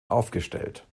aufgestellt